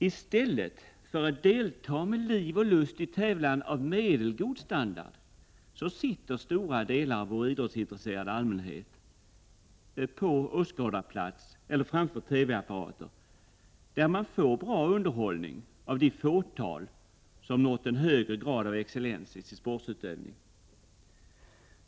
I stället för att delta med liv och lust i tävlan av medelgod standard, sitter stora delar av vår idrottsintresserade allmänhet på åskådarplats eller framför TV-apparater, där man får bra underhållning av det fåtal som har nått högre grad av excellens i sin sportutövning.